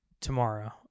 Tomorrow